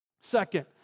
Second